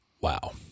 Wow